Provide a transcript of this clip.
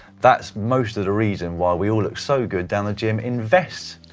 that's mostly the reason why we all look so good down the gym in vests,